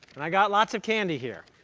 and i've got lots of candy here.